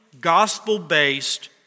gospel-based